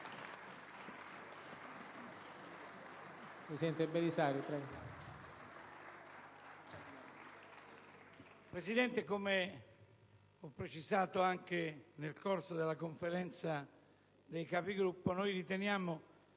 Presidente, come ho precisato anche nel corso della Conferenza dei Capigruppo, noi riteniamo la